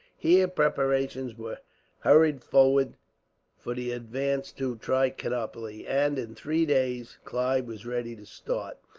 here preparations were hurried forward for the advance to trichinopoli and, in three days, clive was ready to start.